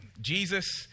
Jesus